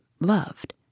loved